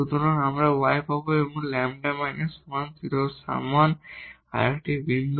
সুতরাং আমরা y পাব এবং λ − 1 0 এর সমান আরেকটি বিন্দু